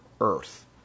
earth